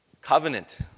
Covenant